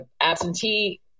absentee